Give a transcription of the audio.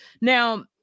Now